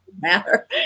Matter